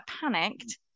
panicked